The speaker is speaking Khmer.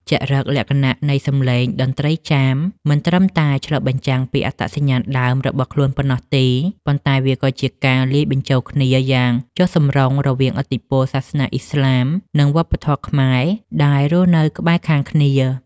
ចរិតលក្ខណៈនៃសម្លេងតន្ត្រីចាម មិនត្រឹមតែឆ្លុះបញ្ចាំងពីអត្តសញ្ញាណដើមរបស់ខ្លួនប៉ុណ្ណោះទេ ប៉ុន្តែវាក៏ជាការលាយបញ្ចូលគ្នាយ៉ាងចុះសម្រុងគ្នារវាងឥទ្ធិពលសាសនាឥស្លាម និងវប្បធម៌ខ្មែរដែលរស់នៅក្បែរខាងគ្នា។